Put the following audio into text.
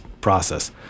process